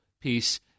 peace